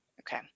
Okay